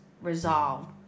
resolve